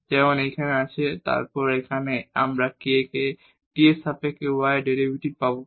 যেমন এখানে আমরা k কে t এর সাপেক্ষে y এর ডেরিভেটিভ k হবে